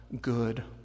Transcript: good